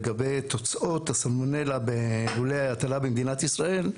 לגבי תוצאות הסלמונלה בלולי ההטלה במדינת ישראל.